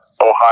Ohio